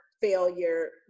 failure